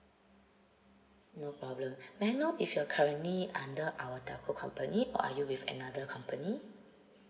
no problem may I know if you're currently under our telco company or are you with another company